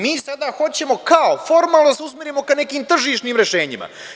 Mi sada hoćemo kao formalno da se usmerimo ka nekim tržišnim rešenjima.